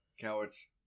Cowards